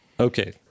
Okay